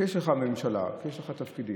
כשיש לך ממשלה, כשיש לך תפקידים,